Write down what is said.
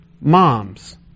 Moms